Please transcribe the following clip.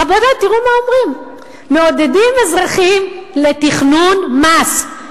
רבותי, תראו מה אומרים, מעודדים אזרחים לתכנון מס.